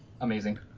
Amazing